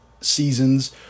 seasons